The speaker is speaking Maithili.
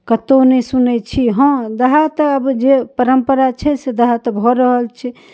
कत्तौ नहि सुनै छी हँ दाहा तऽ आब जे परम्परा छै से दाहा तऽ भऽ रहल छै